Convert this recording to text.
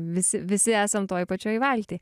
visi visi esam toj pačioj valty